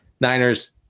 Niners